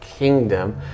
kingdom